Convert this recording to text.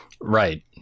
right